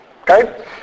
Okay